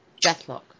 Deathlock